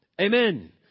Amen